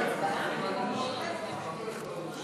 סעיף 1, כהצעת הוועדה, נתקבל.